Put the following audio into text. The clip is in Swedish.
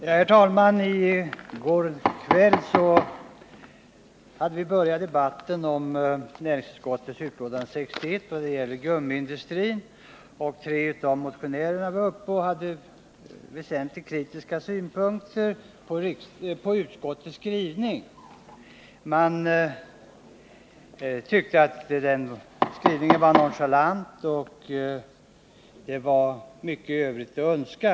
Herr talman! I går kväll hann vi börja debattera näringsutskottets betänkande nr 61, som handlar om gummiindustrin. Tre av motionärerna var då uppe i debatten och framförde väsentligen kritiska synpunkter på utskottets skrivning. De tyckte att skrivningen var nonchalant och lämnade mycket övrigt att önska.